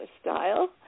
style